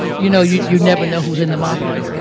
you know, you you never know who's in the mafia?